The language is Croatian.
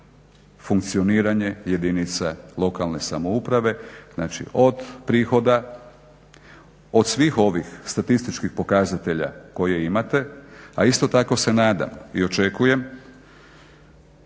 funkcioniranje jedinica lokalne samouprave, znači od prihoda, od svih ovih statističkih pokazatelja koje imate, a isto tako se nadam i očekujem